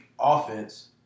offense